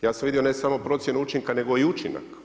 Ja sam vidio ne samo procjenu učinka nego i učinak.